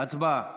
הצבעה.